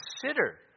consider